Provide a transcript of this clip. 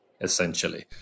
essentially